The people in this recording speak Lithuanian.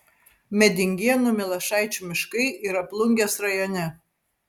medingėnų milašaičių miškai yra plungės rajone